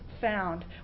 found